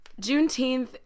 Juneteenth